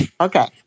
Okay